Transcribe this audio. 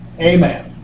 Amen